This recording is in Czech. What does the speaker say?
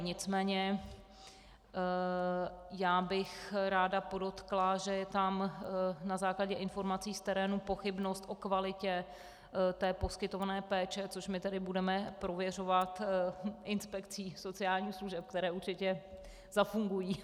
Nicméně bych ráda podotkla, že je tam na základě informací z terénu pochybnost o kvalitě poskytované péče, což my budeme prověřovat inspekcí sociálních služeb, které určitě zafungují.